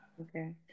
Okay